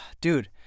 Dude